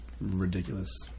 ridiculous